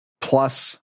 plus